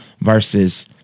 versus